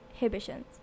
inhibitions